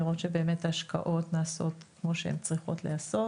לראות שבאמת ההשקעות נעשות כמו שהן צריכות להיעשות.